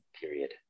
period